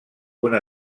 una